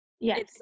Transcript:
yes